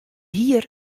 hier